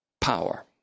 power